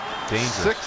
Dangerous